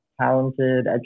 talented